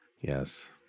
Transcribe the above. Yes